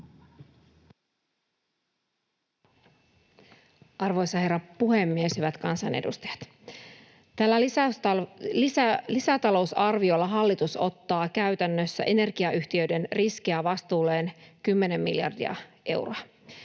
Arvoisa herra puhemies! Hyvät kansanedustajat! Tällä lisäta-lousarviolla hallitus ottaa käytännössä energiayhtiöiden riskejä vastuulleen kymmenen miljardia euroa.